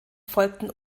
folgten